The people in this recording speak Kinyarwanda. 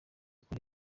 ikora